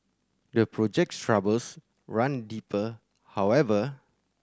the project's troubles run deeper however